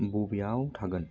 बबेयाव थागोन